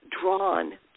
drawn